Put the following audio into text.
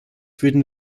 würden